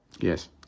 Yes